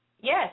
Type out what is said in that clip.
Yes